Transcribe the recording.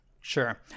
Sure